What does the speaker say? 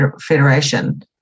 Federation